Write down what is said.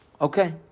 Okay